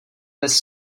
bez